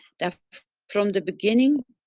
that from the beginning,